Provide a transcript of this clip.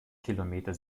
kilometer